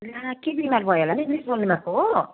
ला के बिमार भयो होला नि मिस बोल्नुभएको हो